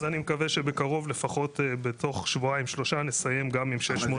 אני מקווה שבקרוב לפחות בתוך שבועיים שלושה נסיים עם ה-630 הנותרים.